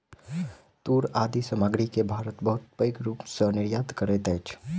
तूर आदि सामग्री के भारत बहुत पैघ रूप सॅ निर्यात करैत अछि